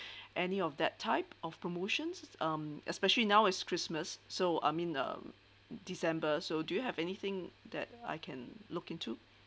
any of that type of promotions um especially now is christmas so I mean um december so do you have anything that I can look into